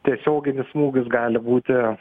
tiesioginis smūgis gali būti